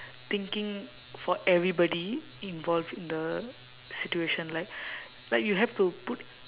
thinking for everybody involved in the situation like like you have to put